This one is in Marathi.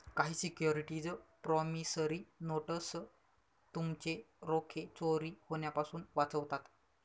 काही सिक्युरिटीज प्रॉमिसरी नोटस तुमचे रोखे चोरी होण्यापासून वाचवतात